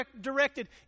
directed